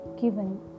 given